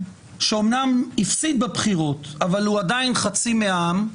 שאמנם הפסיד בבחירות אבל הוא עדיין חצי מהעם,